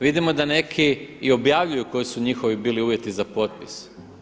Vidimo da neki i objavljuju koji su njihovi bili uvjeti za potpis.